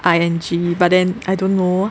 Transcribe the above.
I N G but then I don't know